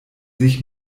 sich